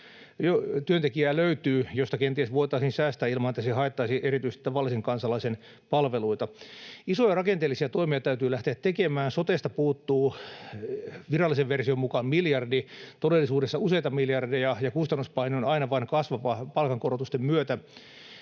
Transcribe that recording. työntekijää löytyy, joista kenties voitaisiin säästää ilman, että se haittaisi erityisesti tavallisen kansalaisen palveluita. Isoja rakenteellisia toimia täytyy lähteä tekemään. Sotesta puuttuu virallisen version mukaan miljardi, todellisuudessa useita miljardeja, ja kustannuspaine on aina vain kasvava palkankorotusten myötä.